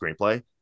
screenplay